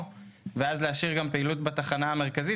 ואז להשאיר גם פעילות בתחנה המרכזית,